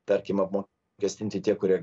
tarkim apmokestinti tie kurie